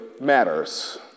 matters